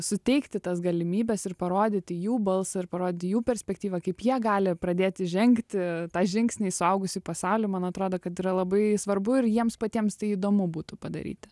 suteikti tas galimybes ir parodyti jų balsą ir parodyti jų perspektyvą kaip jie gali pradėti žengti tą žingsnį suaugusių pasauly man atrodo kad yra labai svarbu ir jiems patiems tai įdomu būtų padaryti